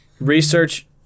research